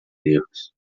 erros